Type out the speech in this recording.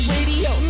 Radio